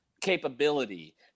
capability